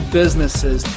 businesses